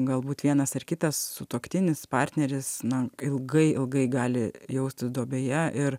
galbūt vienas ar kitas sutuoktinis partneris na ilgai ilgai gali jaustis duobėje ir